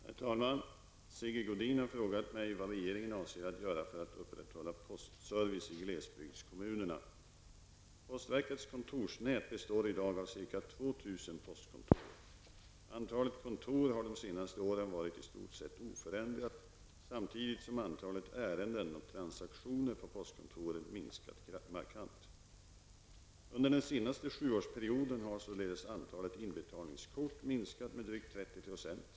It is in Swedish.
Herr talman! Sigge Godin har frågat mig vad regeringen avser att göra för att upprätthålla postservicen i glesbygdskommunerna. postkontor. Antalet kontor har de senaste åren varit i stort sett oförändrat, samtidigt som antalet ärenden och transaktioner på postkontoren minskat markant. Under den senaste sjuårsperioden har således antalet inbetalningskort minskat med drygt 30 %.